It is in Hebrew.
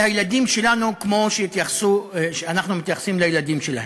הילדים שלנו כמו שאנחנו מתייחסים לילדים שלהם.